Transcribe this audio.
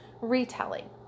retelling